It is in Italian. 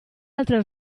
altre